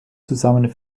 zusammen